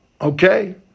okay